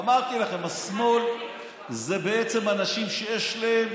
אמרתי לכם, השמאל זה בעצם אנשים שיש להם